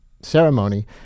ceremony